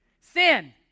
Sin